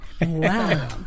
Wow